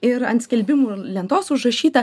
ir ant skelbimų lentos užrašyta